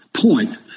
point